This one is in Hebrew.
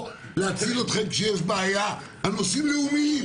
להציל אתכם כשיש בעיה על נושאים לאומיים.